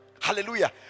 Hallelujah